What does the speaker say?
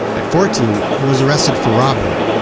at fourteen, he was arrested for robbery.